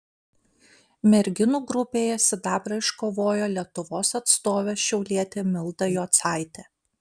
merginų grupėje sidabrą iškovojo lietuvos atstovė šiaulietė milda jocaitė